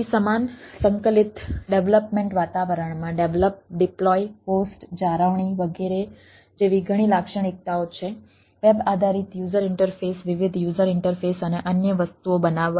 તેથી સમાન સંકલિત ડેવલપમેન્ટ વાતાવરણમાં ડેવલપ મેનેજમેન્ટ વગેરેને